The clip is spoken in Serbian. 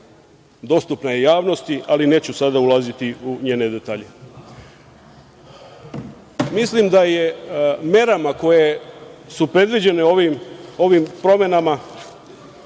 dostupna je javnosti, ali neću sada ulaziti u njene detalje. Mislim da merama koje su predviđene ovim promenama,